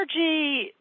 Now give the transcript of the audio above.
Energy